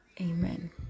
amen